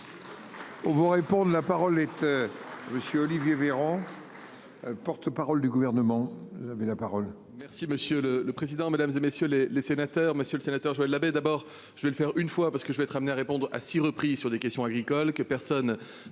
On vous réponde. La parole était monsieur Olivier Véran. Un porte-parole du gouvernement,